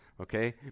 okay